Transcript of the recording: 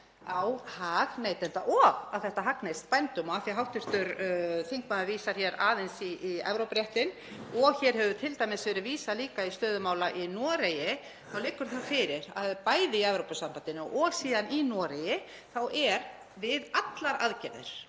á hag neytenda og að þetta hagnist bændum. Og af því að hv. þingmaður vísar hér aðeins í Evrópuréttinn og hér hefur t.d. verið vísað líka í stöðu mála í Noregi þá liggur það fyrir að bæði í Evrópusambandinu og síðan í Noregi þá er við allar aðgerðir,